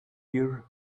here